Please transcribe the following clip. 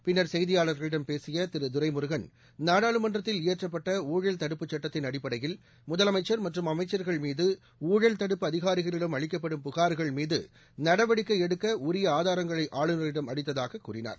பின்னா் செய்தியாளா்களிடம் பேசிய திரு துரைமுருகன் நாடாளுமன்றத்தில் இயற்றப்பட்ட ஊழல் தடுப்பு சட்டத்தின் அடிப்படையில் முதலமைச்சர் மற்றும் அமைச்சர்கள் மீது ஊழல் தடுப்பு அதிகாரிகளிடம் அளிக்கப்படும் புகா்கள் மீது நடவடிக்கை எடுக்க உரிய ஆதாரங்களை ஆளுநரிடம் அளித்துள்ளதாக கூறினார்